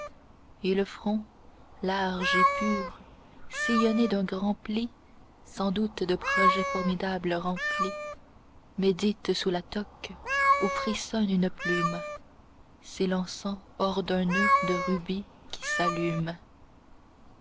et le front large et pur sillonné d'un grand pli sans doute de projets formidables rempli médite sous la toque où frissonne une plume s'élançant hors d'un noeud de rubis qui s'allume